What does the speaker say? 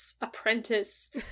apprentice